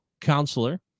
counselor